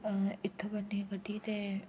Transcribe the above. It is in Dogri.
अ इ'त्थुं बैठनी आं गड्डी ते